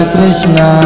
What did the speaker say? Krishna